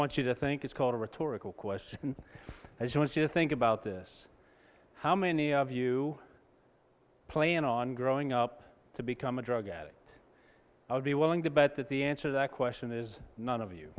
want you to think it's called a rhetorical question as well as just think about this how many of you plan on growing up to become a drug addict i would be willing to bet that the answer that question is none of you